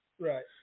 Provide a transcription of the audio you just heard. Right